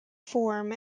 form